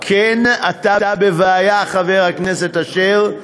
כן, אתה בבעיה, חבר הכנסת אשר.